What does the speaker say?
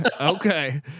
okay